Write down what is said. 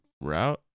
route